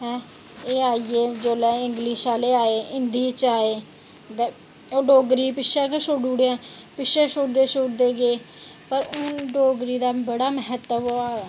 एह् आई ऐ जेल्लै इंगलिश आह्ले आइये हिंदी च आए ते डोगरी पिच्छें गै छुड़ी ओड़ेआ पिच्छें छुड़दे छुड़दे गे पर हून डोगरी दा बड़ा महत्व होआ दा